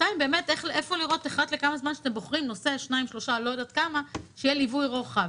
אולי אחת לכמה זמן שיהיה ליווי רוחב,